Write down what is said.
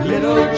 Little